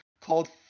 called